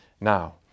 now